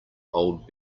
old